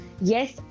Yes